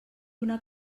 una